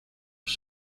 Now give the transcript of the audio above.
los